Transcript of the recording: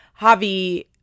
Javi